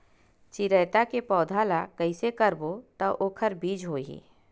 चिरैता के पौधा ल कइसे करबो त ओखर बीज होई?